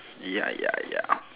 ya ya ya